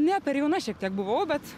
ne per jauna šiek tiek buvau bet